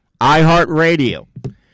iHeartRadio